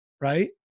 right